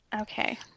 Okay